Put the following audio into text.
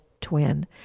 twin